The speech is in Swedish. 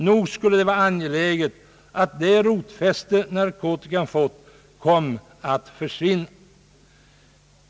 Nog vore det angeläget att det rotfäste narkotikan fått försvann.